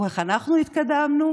או איך אנחנו התקדמנו.